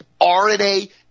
RNA